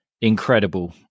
incredible